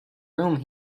room